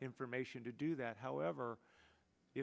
information to do that however if